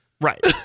Right